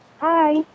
hi